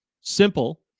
simple